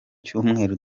cyumweru